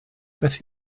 beth